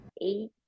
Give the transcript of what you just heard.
eight